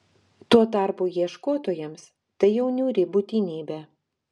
tuo tarpu ieškotojams tai jau niūri būtinybė